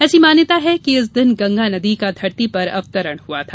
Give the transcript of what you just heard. ऐसी मान्यता है कि इस दिन गंगा नदी का धरती पर अवतरण हुआ था